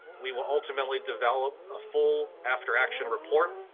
we will ultimately develop a full after action report,